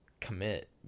commit